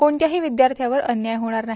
कोणत्याही विद्यार्थ्यावर अन्याय होणार नाही